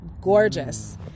gorgeous